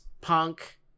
Punk